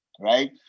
right